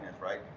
right